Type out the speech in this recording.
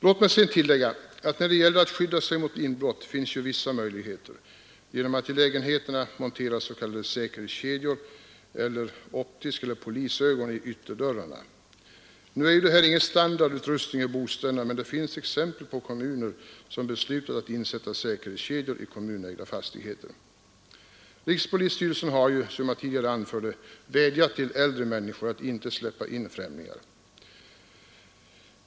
Låt mig sedan tillägga att det finns vissa möjligheter att skydda sig mot inbrott genom att i lägenheterna montera s.k. säkerhetskedjor och s.k. ”polisögon” i ytterdörrarna. Nu är detta ingen standardutrustning i bostäderna, men det finns exempel på kommuner som beslutat att insätta säkerhetskedjor i kommunägda fastigheter. Rikspolisstyrelsen har, som jag tidigare anförde, vädjat till äldre människor att inte släppa in främlingar.